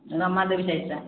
Ramadevi